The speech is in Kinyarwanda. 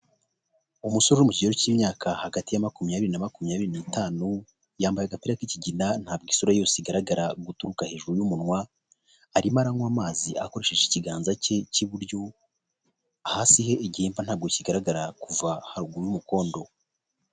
Umusore mu kigero cy'imyaka hagati ya makumyabiri na makumyabiri nitanu yambaye agapira k'ikigina ntabwo isura yose igaragara guturuka hejuru y'umunwa arimo aranywa amazi akoresheje ikiganza cye cy'iburyo hasi he igihimba ntabwo kigaragara kuva haruguru y'umukondo.